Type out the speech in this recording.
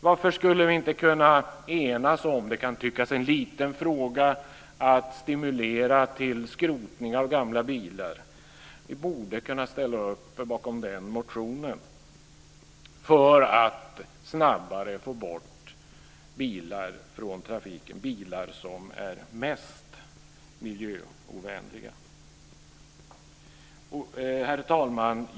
Varför skulle vi inte kunna enas om att stimulera till skrotning av gamla bilar? Det kan tyckas vara en liten fråga, men vi borde kunna ställa upp bakom den motionen för att snabbare få bort de bilar från trafiken som är mest miljöovänliga. Herr talman!